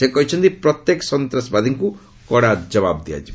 ସେ କହିଛନ୍ତି ପ୍ରତ୍ୟେକ ସନ୍ତ୍ରାସବାଦୀଙ୍କୁ କଡା ଜବାବ ଦିଆଯିବ